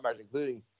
including